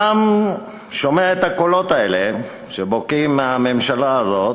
העם שומע את הקולות האלה, שבוקעים מהממשלה הזאת,